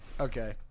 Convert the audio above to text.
Okay